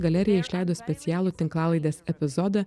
galerija išleido specialų tinklalaidės epizodą